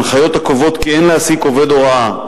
ההנחיות קובעות כי אין להעסיק עובד הוראה,